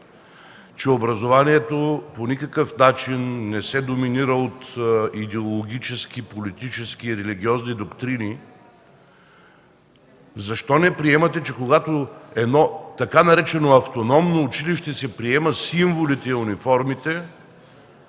че образованието по никакъв начин не се доминира от идеологически, политически и религиозни доктрини, защо не приемате, че когато едно така наречено „автономно училище” си приема символите и униформите,